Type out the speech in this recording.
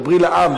דברי לעם,